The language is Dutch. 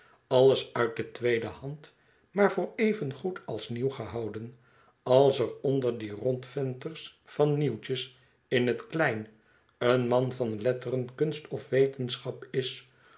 alles uit de tweede hand maar voor evengoed als nieuw gehouden als er onder die rondventers van nieuwtjes in het klein een man van letteren kunst of wetenschap is